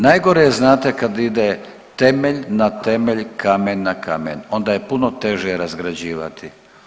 Najgore je znate kad ide temelj, na temelj, kamen na kamen onda je puno teže razgrađivati.